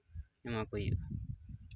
ᱮᱢᱟᱠᱚ ᱦᱩᱭᱩᱜᱼᱟ